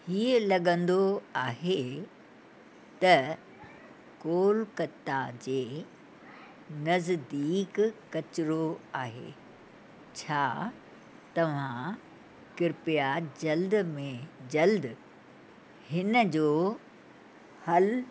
हीउ लॻंदो आहे त कोलकता जे नज़दीक किचिरो आहे छा तव्हां कृप्या जल्द में जल्द हिन जो हल